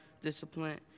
discipline